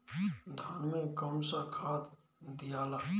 धान मे कौन सा खाद दियाला?